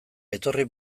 etorri